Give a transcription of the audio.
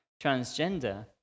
transgender